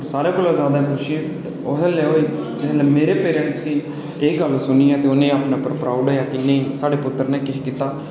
सारें कोला ज्यादा खुशी उसलै होई जिसलै मेरे पेरैंट्स गी एह् गल्ल सुनियै दौनें गी प्राउड फील होआ कि साढ़े पुत्तर नै किश कीता